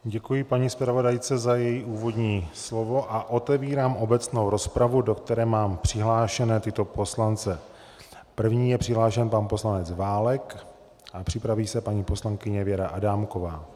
Děkuji paní zpravodajce za její úvodní slovo a otevírám obecnou rozpravu, do které mám přihlášené tyto poslance: první je přihlášen pan poslanec Válek a připraví se paní poslankyně Věra Adámková.